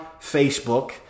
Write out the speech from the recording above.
Facebook